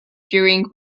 during